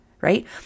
Right